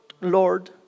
Lord